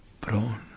prone